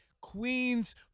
queens